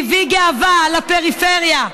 הביא גאווה לפריפריה,